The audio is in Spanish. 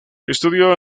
estudió